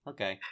Okay